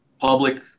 public